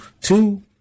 two